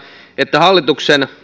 että hallituksen